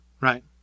right